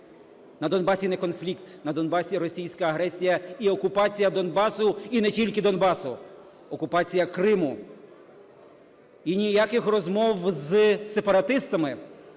На Донбасі не конфлікт, на Донбасі російська агресія і окупація Донбасу, і не тільки Донбасу – окупація Криму. І ніяких розмов з сепаратистами.